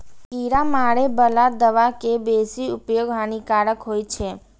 कीड़ा मारै बला दवा के बेसी उपयोग हानिकारक होइ छै